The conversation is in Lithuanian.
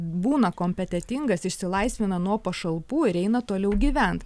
būna kompetentingas išsilaisvina nuo pašalpų ir eina toliau gyvent